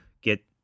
get